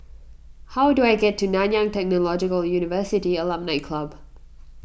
how do I get to Nanyang Technological University Alumni Club